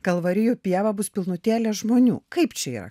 kalvarijų pieva bus pilnutėlė žmonių kaip čia yra